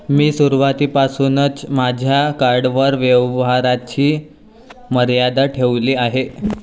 मी सुरुवातीपासूनच माझ्या कार्डवर व्यवहाराची मर्यादा ठेवली आहे